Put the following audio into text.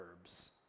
verbs